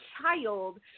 child